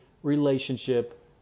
relationship